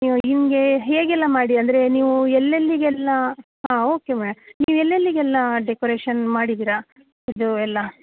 ನೀವು ನಿಮಗೆ ಹೇಗೆಲ್ಲ ಮಾಡಿ ಅಂದರೆ ನೀವು ಎಲ್ಲೆಲ್ಲಿಗೆಲ್ಲ ಹಾಂ ಓಕೆ ಮೇಡಂ ನೀವು ಎಲ್ಲೆಲ್ಲಿಗೆಲ್ಲ ಡೆಕೊರೇಷನ್ ಮಾಡಿದ್ದೀರ ಇದು ಎಲ್ಲ